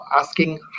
asking